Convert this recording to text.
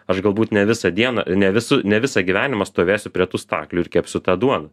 aš galbūt ne visą dieną ne visu ne visą gyvenimą stovėsiu prie tų staklių ir kepsiu tą duoną